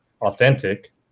authentic